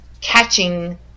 catching